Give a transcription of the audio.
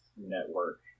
Network